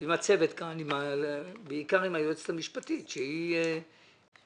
עם הצוות ובעיקר עם היועצת המשפטית שאם